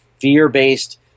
fear-based